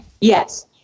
Yes